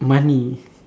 money